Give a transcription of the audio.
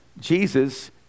Jesus